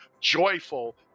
joyful